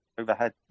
overhead